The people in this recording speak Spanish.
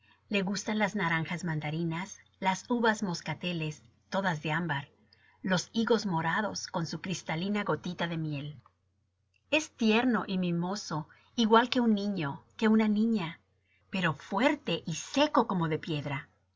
le gustan las naranjas mandarinas las uvas moscateles todas de ámbar los higos morados con su cristalina gotita de miel es tierno y mimoso igual que un niño que una niña pero fuerte y seco como de piedra